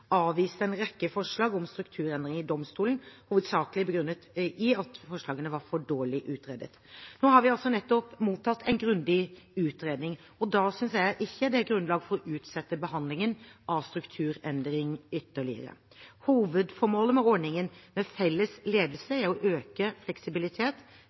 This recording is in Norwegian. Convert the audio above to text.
avviste en rekke forslag om strukturendringer i domstolene, hovedsakelig begrunnet i at forslagene var for dårlig utredet. Nå har vi altså nettopp mottatt en grundig utredning. Da synes jeg ikke det er grunnlag for å utsette behandlingen av strukturendringer ytterligere. Hovedformålet med ordningen med felles ledelse